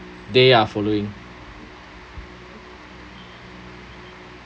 they are following